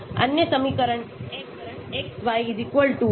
अन्य समीकरण xym x square का योग c x का योग होगा